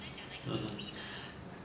mm